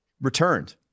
returned